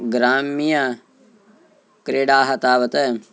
ग्राम्यक्रीडाः तावत्